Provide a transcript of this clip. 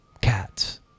cats